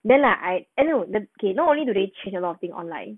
then I I eh no no not only do they change a lot of thing online